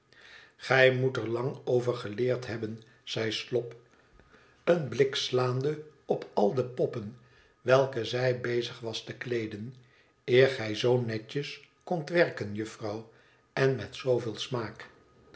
gij moet er lang over geleerd hebben zei slop een blik slaande op al de poppen welke zij bezig was tekleeden eer gij zoo netjes kond t werken juffrouw en met zooveel smaak